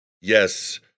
yes